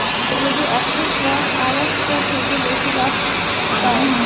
যদি একটা স্টক আরেকটার থেকে বেশি লাভ পায়